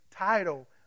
title